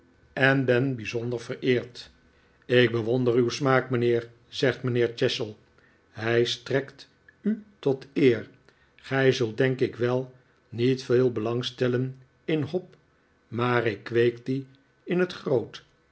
en ben bijzonder vereerd ik bewonder uw smaak mijnheer zegt mijnheer chestle hij strekt u tot eer gij zult denk ik wel niet veel belang stellen in hop maar ik kweek die in het groot